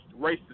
racist